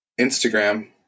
Instagram